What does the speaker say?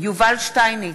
יובל שטייניץ,